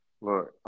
look